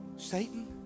Satan